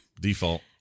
Default